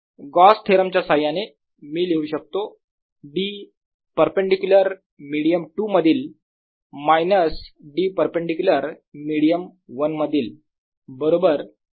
Gauss theorem च्या साह्याने मी लिहू शकतो D परपेंडीक्युलर मिडीयम 2 मधील मायनस D परपेंडीक्युलर मिडीयम 1 मधील बरोबर σfree